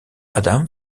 adam